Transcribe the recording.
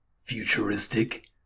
Futuristic